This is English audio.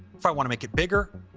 if i want to make it bigger,